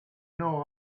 know